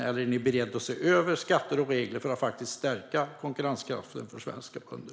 Eller är ni beredda att se över skatter och regler för att stärka konkurrenskraften för svenska bönder?